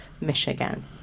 michigan